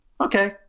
Okay